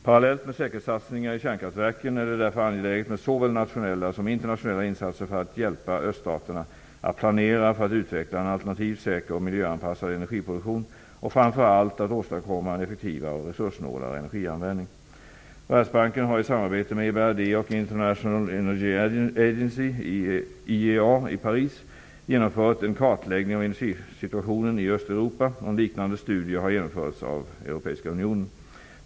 Parallellt med säkerhetssatsningar i kärnkraftverken är det därför angeläget med såväl nationella som internationella insatser för att hjälpa öststaterna att planera för och utveckla en alternativ, säker och miljöanpassad energiproduktion och framför allt att åstadkomma en effektivare och resurssnålare energianvändning. Världsbanken har i samarbete med EBRD och International Energy Agency, IEA, i Paris genomfört en kartläggning av energisituationen i Östeuropa. En liknande studie har genomförts av Europeiska unionen.